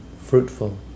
fruitful